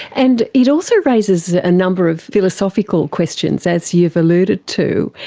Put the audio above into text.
and it also raises a number of philosophical questions, as you've alluded to.